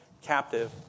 captive